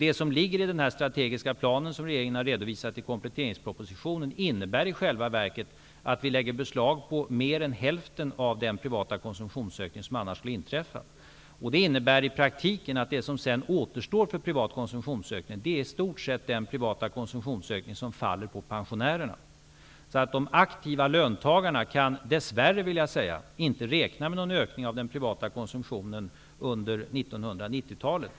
Det som ligger i den strategiska plan som regeringen har redovisat i kompletteringspropositionen innebär i själva verket att vi lägger beslag på mer än hälften av den privata konsumtionsökning som annars skulle inträffa. Det innebär i praktiken att det som sedan återstår för privat konsumtionsökning i stort sett är den privata konsumtionsökning som faller på pensionärerna. De aktiva löntagarna kan, dess värre vill jag säga, inte räkna med någon ökning av den privata konsumtionen under 1990-talet.